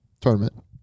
tournament